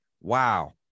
Wow